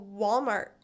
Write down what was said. Walmart